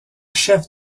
chefs